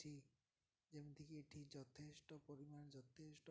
ଯେମିତିକି ଏଠି ଯଥେଷ୍ଟ ପରିମାଣ ଯଥେଷ୍ଟ ପ